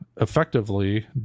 effectively